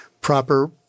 proper